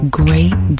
great